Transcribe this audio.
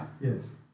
Yes